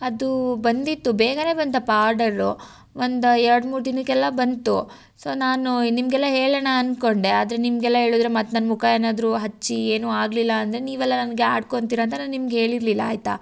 ಅದು ಬಂದಿತ್ತು ಬೇಗ ಬಂತಪ್ಪ ಆರ್ಡರ್ರು ಒಂದು ಎರಡು ಮೂರು ದಿನಕ್ಕೆಲ್ಲ ಬಂತು ಸೊ ನಾನು ನಿಮ್ಗೆಲ್ಲ ಹೇಳಣ ಅಂದ್ಕೊಂಡೆ ಆದರೆ ನಿಮ್ಗೆಲ್ಲ ಹೇಳಿದ್ರೆ ಮತ್ತೆ ನನ್ನ ಮುಖ ಏನಾದ್ರೂ ಹಚ್ಚಿ ಏನು ಆಗಲಿಲ್ಲ ಅಂದರೆ ನೀವೆಲ್ಲ ನನಗೆ ಆಡ್ಕೊಂತೀರ ಅಂತ ನಾನು ನಿಮಗೆ ಹೇಳಿರ್ಲಿಲ್ಲ ಆಯಿತಾ